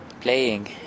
playing